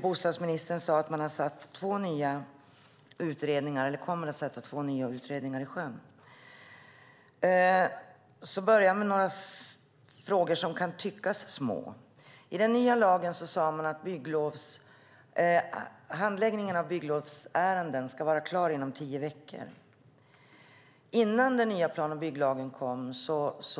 Bostadsministern sade att man kommer att sätta två nya utredningar i sjön. Då börjar jag med några frågor som kan tyckas små. I den nya lagen sade man att handläggningen av bygglovsärenden ska vara klar inom tio veckor. Innan den nya plan och bygglagen kom